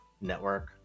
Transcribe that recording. network